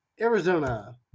arizona